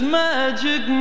magic